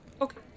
Okay